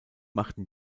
machten